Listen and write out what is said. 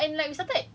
two and half hours